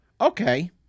okay